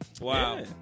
Wow